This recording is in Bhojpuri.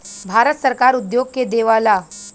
भारत सरकार उद्योग के देवऽला